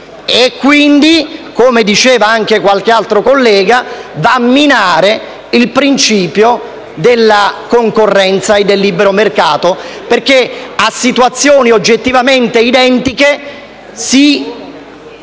Quindi, come diceva anche qualche altro collega, tutto ciò è tale da minare il principio della concorrenza e del libero mercato, perché di fronte a situazioni oggettivamente identiche si